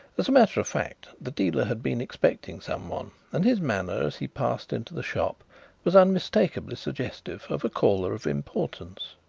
as a matter of fact the dealer had been expecting someone and his manner as he passed into the shop was unmistakably suggestive of a caller of importance.